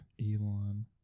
Elon